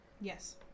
Yes